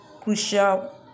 crucial